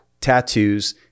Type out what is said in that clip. tattoos